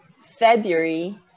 February